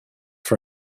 for